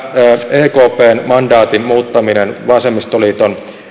ekpn mandaatin muuttaminen vasemmistoliiton